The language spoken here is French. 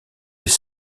les